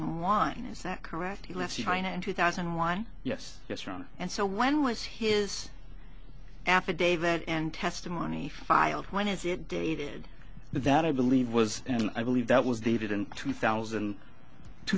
and one is that correct he left behind in two thousand and one yes yes around and so when was his affidavit and testimony filed when is it dated that i believe was and i believe that was the vid in two thousand